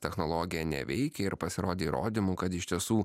technologija neveikia ir pasirodė įrodymų kad iš tiesų